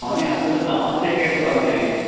മോനെ അത് വല്ല തമാശയൊക്കെ ആയിട്ട് പറഞ്ഞതായിരിക്കും